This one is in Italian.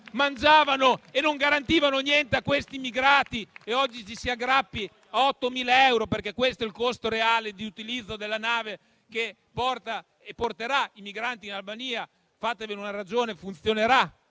mangiavano e non garantivano niente a questi immigrati e oggi ci si aggrappi a 8.000 euro, perché questo è il costo reale di utilizzo della nave che porta e porterà i migranti in Albania. Fatevene una ragione: il centro